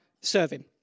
serving